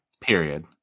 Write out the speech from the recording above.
Period